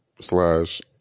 slash